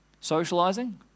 socializing